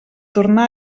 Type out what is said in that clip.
tornar